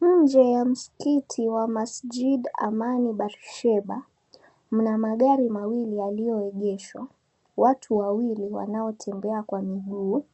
Nje ya msikiti wa MASJID AMANI BARISHEBA, mna magari mawili yaliyoegeshwa, watu wawili wanaotembea kwa miguu,